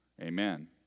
Amen